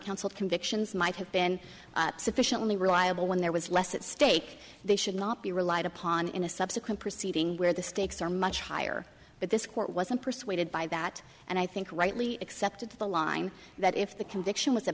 counsel convictions might have been sufficiently reliable when there was less at stake they should not be relied upon in a subsequent proceeding where the stakes are much higher but this court wasn't persuaded by that and i think rightly accepted the line that if the conviction was